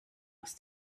aus